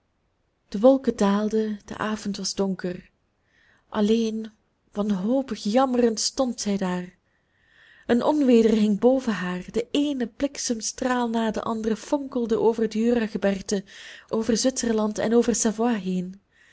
de wolken daalden de avond was donker alleen wanhopig jammerend stond zij daar een onweder hing boven haar de eene bliksemstraal na den anderen fonkelde over het juragebergte over zwitserland en over savoye heen